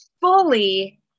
fully